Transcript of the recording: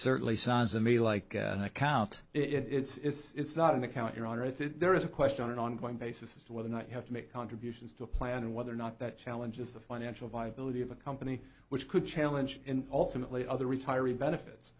certainly sounds to me like an account it's not an account your honor if there is a question on an ongoing basis as to whether or not you have to make contributions to a plan and whether or not that challenges the financial viability of a company which could challenge in ultimately other retiree benefits